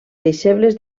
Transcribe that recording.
deixebles